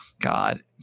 God